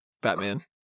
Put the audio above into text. Batman